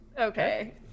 okay